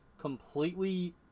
completely